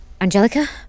Angelica